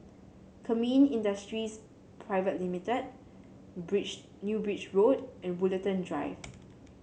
Kemin Industries Pte Limited Bridge New Bridge Road and Woollerton Drive